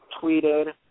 tweeted